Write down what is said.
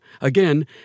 Again